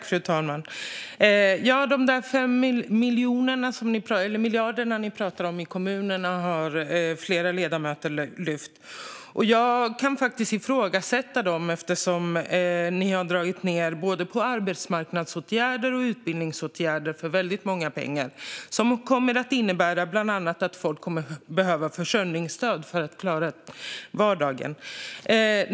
Fru talman! De 5 miljarder till kommunerna som ni i Sverigedemokraterna pratar om har flera ledamöter lyft fram. Jag kan ifrågasätta dem, eftersom ni har dragit ned på både arbetsmarknadsåtgärder och utbildningsåtgärder för väldigt mycket pengar. Detta kommer bland annat att innebära att folk kommer att behöva försörjningsstöd för att klara vardagen.